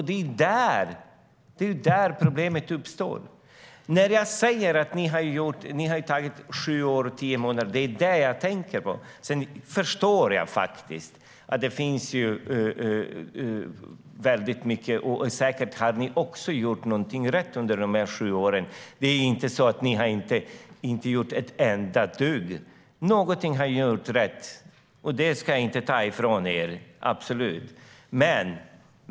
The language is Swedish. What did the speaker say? Det är det som är problemet. Ni har tagit sju år och tio månader på er. Säkert har gjort någonting rätt under de åtta åren. Det är inte så att ni inte har gjort ett enda dugg. Någonting har ni gjort rätt, och det ska jag absolut inte ta ifrån er.